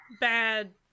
bad